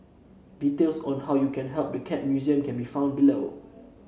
details on how you can help the Cat Museum can be found below